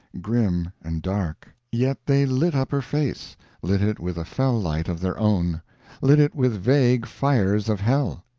grim, and dark. yet they lit up her face lit it with a fell light of their own lit it with vague fires of hell.